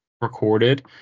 recorded